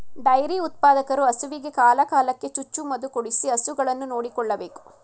dairy ಉತ್ಪಾದಕರು ಹಸುವಿಗೆ ಕಾಲ ಕಾಲಕ್ಕೆ ಚುಚ್ಚು ಮದುಕೊಡಿಸಿ ಹಸುಗಳನ್ನು ನೋಡಿಕೊಳ್ಳಬೇಕು